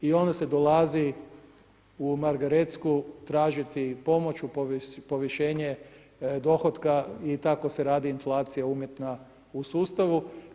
I onda se dolazi u Margaretsku tražiti i pomoć u povišenje dohotka i tako da radi inflacija umjetna u sustavu.